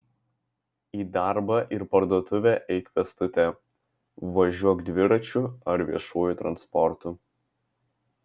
į darbą ir parduotuvę eik pėstute važiuok dviračiu ar viešuoju transportu